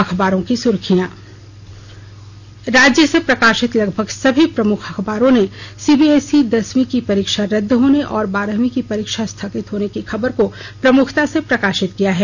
अखबारों की सुर्खियां राज्य से प्रकाशित लगभग सभी प्रमुख अखबारों ने सीबीएसई दसवीं की परीक्षा रदद होने और बारहवीं की परीक्षा स्थगित होने की खबर को प्रमुखता से प्रकाशित किया है